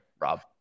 Rob